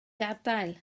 gadael